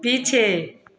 पीछे